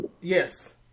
Yes